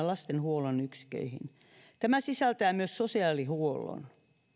lastenhuollon yksiköihin tämä sisältää myös sosiaalihuollon